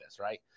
right